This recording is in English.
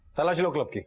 ah like ziyou club.